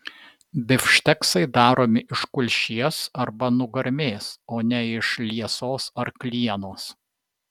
bifšteksai daromi iš kulšies arba nugarmės o ne iš liesos arklienos